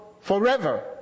forever